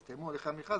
הסתיימו הליכי המכרז,